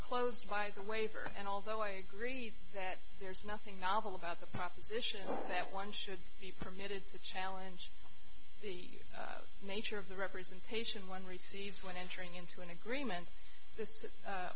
foreclosed by the waiver and although i agree that there is nothing novel about the proposition that one should be permitted to challenge the nature of the representation one receives when entering into an agreement